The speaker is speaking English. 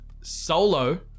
Solo